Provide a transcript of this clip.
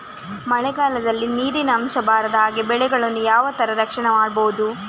ಮಳೆಗಾಲದಲ್ಲಿ ನೀರಿನ ಅಂಶ ಬಾರದ ಹಾಗೆ ಬೆಳೆಗಳನ್ನು ಯಾವ ತರ ರಕ್ಷಣೆ ಮಾಡ್ಬಹುದು?